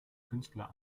künstler